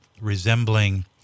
resembling